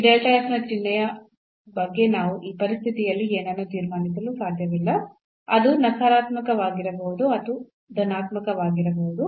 ಈ ನ ಚಿಹ್ನೆಯ ಬಗ್ಗೆ ನಾವು ಈ ಪರಿಸ್ಥಿತಿಯಲ್ಲಿ ಏನನ್ನೂ ತೀರ್ಮಾನಿಸಲು ಸಾಧ್ಯವಿಲ್ಲ ಅದು ನಕಾರಾತ್ಮಕವಾಗಿರಬಹುದು ಅದು ಧನಾತ್ಮಕವಾಗಿರಬಹುದು